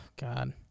God